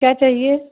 کیا چاہیے